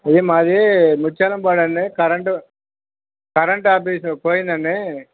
అది మాది ముత్యాలంపాడు అండి కరెంటు కరెంట్ ఆఫీస్ పోయింది అండి